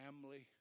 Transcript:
family